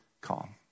calm